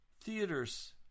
Theaters